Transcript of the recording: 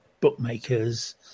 bookmakers